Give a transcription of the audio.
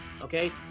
Okay